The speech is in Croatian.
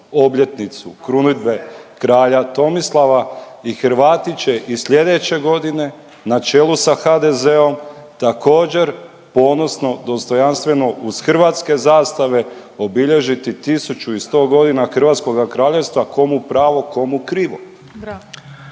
obljetnicu krunidbe kralja Tomislava i Hrvati će i slijedeće godine na čelu sa HDZ-om također ponosno dostojanstveno uz hrvatske zastave obilježiti 1100.g. Hrvatskoga Kraljevstva, komu pravo, komu krivo.